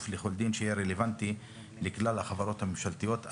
לכל דין שיהיה רלוונטי לכלל החברות הממשלתיות".